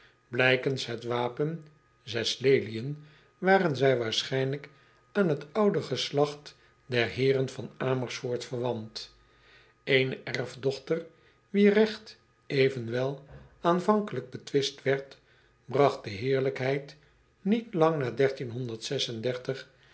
lijkens het wapen zes leliën waren zij waarschijnlijk aan het oude geslacht der eeren van mersfoort verwant ene erfdochter wier regt evenwel aanvankelijk betwist werd bragt de heerlijkheid niet lang na